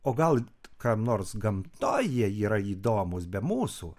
o gal kam nors gamtoj jie yra įdomūs be mūsų